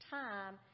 time